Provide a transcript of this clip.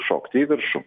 šokti į viršų